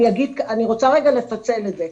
אני רוצה רגע לפצל את זה.